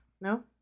No